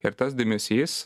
ir tas dėmesys